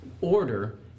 order